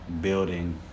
building